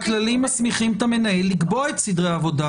הכללים מסמיכים את המנהל לקבוע את סדרי העבודה.